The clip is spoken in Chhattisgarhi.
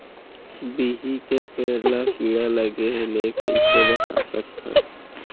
बिही के पेड़ ला कीड़ा लगे ले कइसे बचा सकथन?